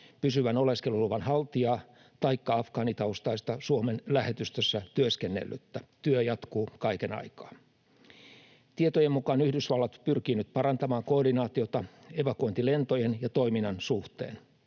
pysyvän oleskeluluvan haltijaa taikka afgaanitaustaista Suomen lähetystössä työskennellyttä. Työ jatkuu kaiken aikaa. Tietojen mukaan Yhdysvallat pyrkii nyt parantamaan koordinaatiota evakuointilentojen ja ‑toiminnan suhteen.